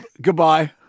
Goodbye